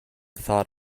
thought